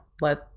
let